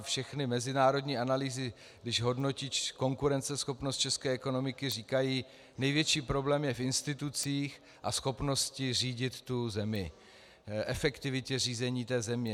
Všechny mezinárodní analýzy, když hodnotí konkurenceschopnost české ekonomiky, říkají, že největší problém je v institucích a schopnosti řídit zemi, v efektivitě řízení země.